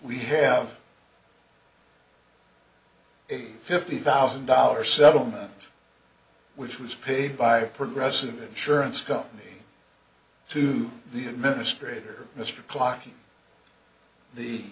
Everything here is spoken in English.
we have a fifty thousand dollars settlement which was paid by a progressive insurance company to the administrator mr klock and the